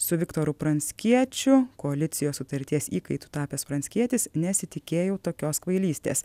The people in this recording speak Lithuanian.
su viktoru pranckiečiu koalicijos sutarties įkaitu tapęs pranckietis nesitikėjau tokios kvailystės